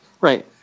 Right